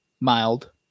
Mild